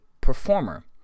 performer